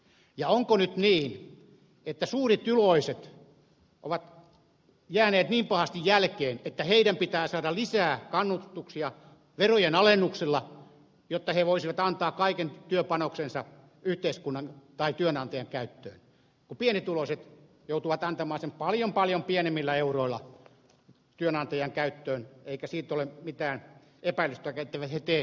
ja onko nyt niin että suurituloiset ovat jääneet niin pahasti jälkeen että heidän pitää saada lisää kannustuksia verojen alennuksilla jotta he voisivat antaa kaiken työpanoksensa yhteiskunnan tai työnantajan käyttöön kun pienituloiset joutuvat antamaan sen paljon paljon pienemmillä euroilla työnantajan käyttöön eikä siitä ole mitään epäilystäkään etteivätkö he tee täysipainoisesti työtä